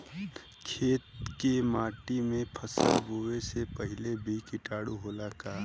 खेत के माटी मे फसल बोवे से पहिले भी किटाणु होला का?